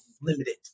limited